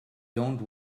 dont